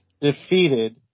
defeated